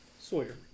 Sawyer